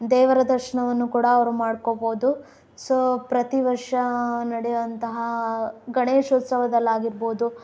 ದೇವರ ದರ್ಶನವನ್ನು ಕೂಡ ಅವರು ಮಾಡ್ಕೊಬೋದು ಸೊ ಪ್ರತಿ ವರ್ಷ ನಡೆಯುವಂತಹ ಗಣೇಶೋತ್ಸವದಲ್ಲಾಗಿರಬಹುದು